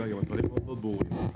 הדברים ברורים מאוד.